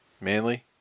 Manly